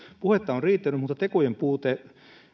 puhetta on riittänyt mutta tekojen puute